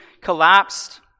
collapsed